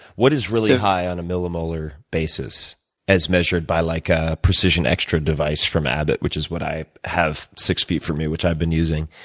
what is really high on a millimolar basis as measured by, like, a precision xtra device from abbott, which is what i have six feet from me, which i've been using?